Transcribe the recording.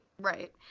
Right